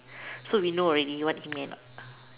so we know already what he meant lah